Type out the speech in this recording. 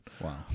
Wow